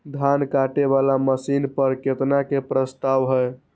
धान काटे वाला मशीन पर केतना के प्रस्ताव हय?